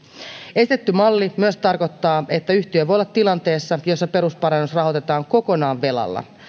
esitetty malli myös tarkoittaa että yhtiö voi olla tilanteessa jossa perusparannus rahoitetaan kokonaan velalla